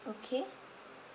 okay